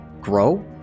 grow